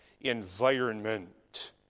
environment